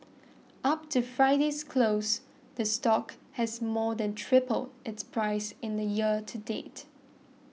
up to Friday's close the stock has more than tripled its price in the year to date